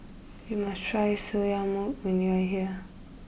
you must try Soya Milk when you are here